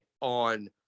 on